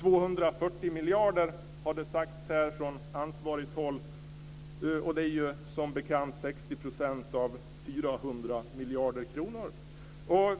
Det har sagts här från ansvarigt håll att det är 240 miljarder, och det är som bekant 60 % av